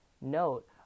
note